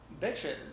bitches